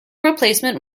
replacement